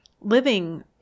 living